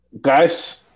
guys